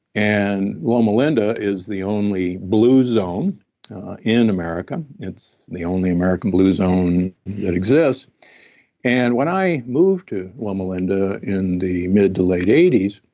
and loma linda is the only blue zone in america. it's the only american blue zone that exists and when i moved to loma linda in the mid to late eighty s,